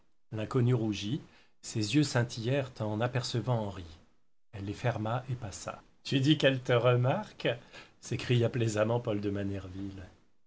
l'inconnue rougit ses yeux scintillèrent en apercevant henri elle les ferma et passa tu dis qu'elle te remarque s'écria plaisamment paul de manerville